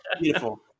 Beautiful